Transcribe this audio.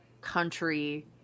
country